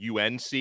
UNC